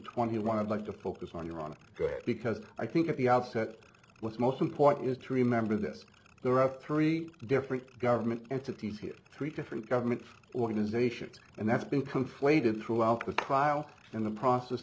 twenty one and like to focus on iran because i think at the outset what's most important is to remember this there are three different government entities here three different government organizations and that's been conflated throughout the trial and the process